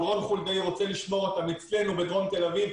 אבל רון חולדאי רוצה לשמור אותם אצלנו בדרום תל-אביב,